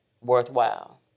worthwhile